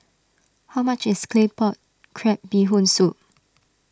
how much is Claypot Crab Bee Hoon Soup